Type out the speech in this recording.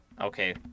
Okay